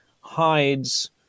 hides